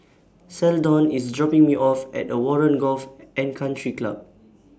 Seldon IS dropping Me off At The Warren Golf and Country Club